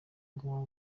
bwo